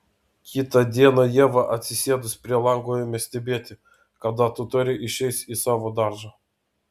kitą dieną ieva atsisėdus prie lango ėmė stebėti kada totoriai išeis į savo daržą